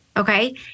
Okay